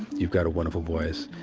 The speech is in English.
you've got a wonderful voice,